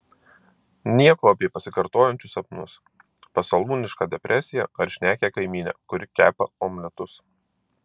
nieko apie pasikartojančius sapnus pasalūnišką depresiją ar šnekią kaimynę kuri kepa omletus